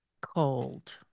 cold